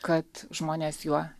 kad žmonės juo